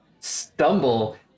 stumble